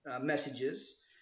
messages